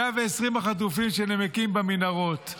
120 החטופים שנמקים במנהרות.